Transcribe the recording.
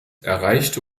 erreichte